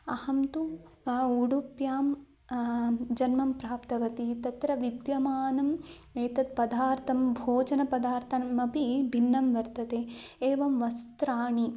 अहं तु उडुप्यां जन्म प्राप्तवती तत्र विद्यमानं एतत्पदार्थः भोजनपदार्थः अपि भिन्नः वर्तते एवं वस्त्राणि